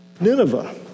Nineveh